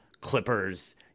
Clippers